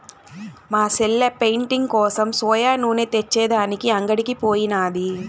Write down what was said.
మా సెల్లె పెయింటింగ్ కోసం సోయా నూనె తెచ్చే దానికి అంగడికి పోయినాది